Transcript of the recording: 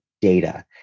data